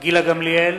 גילה גמליאל,